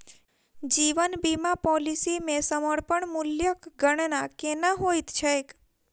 जीवन बीमा पॉलिसी मे समर्पण मूल्यक गणना केना होइत छैक?